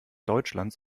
deutschlands